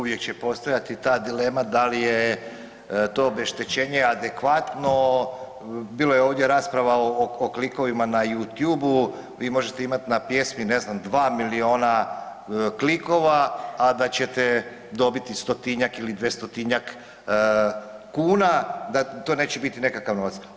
Uvijek će postojati ta dilema da li je to obeštećenje adekvatno bilo je ovdje rasprava o klikovima na Youtube-u vi možete imati na pjesmi ne znam 2 miliona klikova, a da ćete dobiti 100-tinjak ili 200-tinjak kuna, da to neće biti nekakav novac.